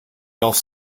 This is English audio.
gulf